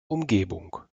umgebung